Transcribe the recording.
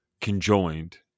conjoined